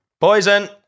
Poison